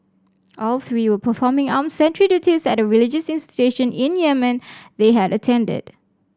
all three were performing armed sentry duties at religious institution in Yemen they had attended